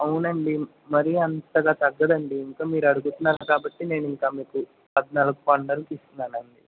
అవునండీ మరీ అంతగా తగ్గదండీ ఇంకా మీరు అడుగుతున్నారు కాబట్టి నేను ఇంకా మీకు పద్నాలుగు వందలకి ఇస్తున్నానండీ